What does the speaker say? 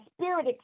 spirit